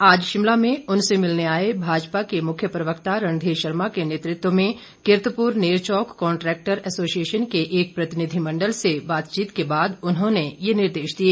आज शिमला में उनसे मिलने आए भाजपा के मुख्य प्रवक्ता रणधीर शर्मा के नेतृत्व में किरतपुर नेरचौक कॉन्ट्रेक्टर एसोशियेशन के एक प्रतिनिधिमंडल से बातचीत के बाद उन्होंने ये निर्देश दिए